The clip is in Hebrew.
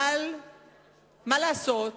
אבל מה לעשות,